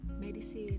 medicine